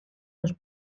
los